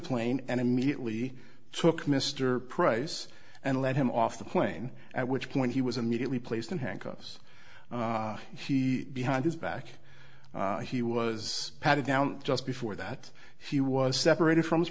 plane and immediately took mr price and let him off the plane at which point he was immediately placed in handcuffs he behind his back he was patted down just before that he was separated from his